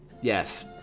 Yes